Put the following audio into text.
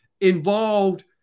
involved